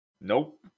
Nope